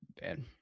bad